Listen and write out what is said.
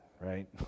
right